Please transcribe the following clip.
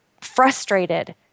frustrated